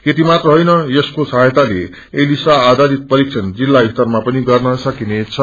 यति मात्र होइन यसको सहायताले एलिसा आधारित परीक्षण जिल्ल स्तरमा पनि गर्न सकिनेछ